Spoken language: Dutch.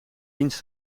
dienst